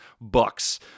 Bucks